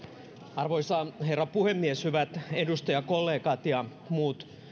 arvoisa herra puhemies hyvät edustajakollegat ja muut